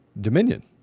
dominion